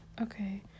Okay